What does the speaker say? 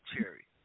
Cherry